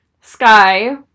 Sky